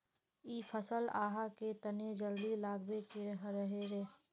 इ फसल आहाँ के तने जल्दी लागबे के रहे रे?